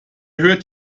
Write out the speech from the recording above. hört